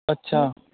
ਅੱਛਾ